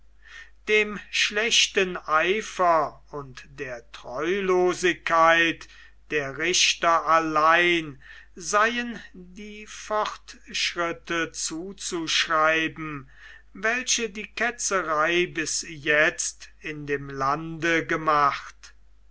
dem schlechten eifer und der treulosigkeit der richter allein seien die fortschritte zuzuschreiben welche die ketzerei bis jetzt in dem lande gemacht